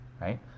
right